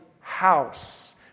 house